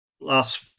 last